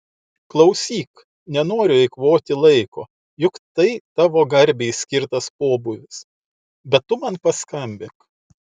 klausyk nenoriu eikvoti laiko juk tai tavo garbei skirtas pobūvis bet tu man paskambink